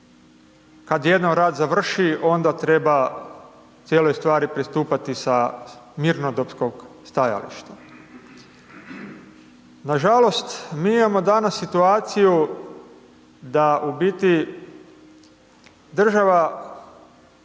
kad jednom rat završi, onda treba cijeloj stvari pristupati sa mirnodopskog stajališta. Nažalost mi imamo danas situaciju da u biti država